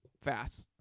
fast